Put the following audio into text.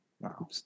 Wow